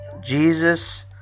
Jesus